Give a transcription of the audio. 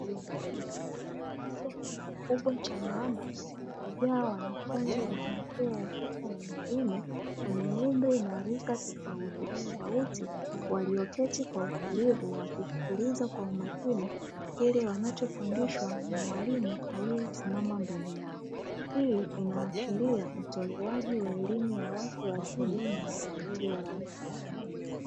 Chumba kikubwa cha maabara kilicho jaa wanafunzi wa jinsia ya kike na ya kiume wenye umri na rika tofautitofauti, walioketi kwa utulivu wakisikiliza kwa makini kile wanachofundishwa na mwalimu aliyesimama mbele yao, hii inaashiria utolewaji wa elimu ya watu wa zima na isiyo rasmi.